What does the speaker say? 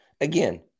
again